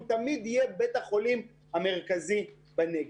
הוא תמיד יהיה בית החולים המרכזי בנגב.